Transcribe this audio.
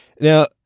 now